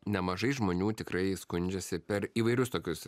nemažai žmonių tikrai skundžiasi per įvairius tokius